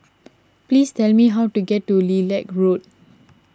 please tell me how to get to Lilac Road